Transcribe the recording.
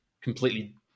completely